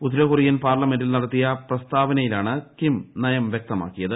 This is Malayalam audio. ഉത്തരകൊറിയൻ പാർലമെന്റിൽ നടത്തിയ പ്രസ്താവനയിലാണ് കിം നയം വൃക്തമാക്കിയത്